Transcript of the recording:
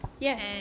Yes